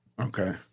Okay